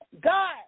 God